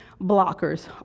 blockers